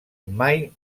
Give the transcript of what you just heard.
mai